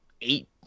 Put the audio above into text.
eight